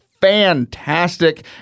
fantastic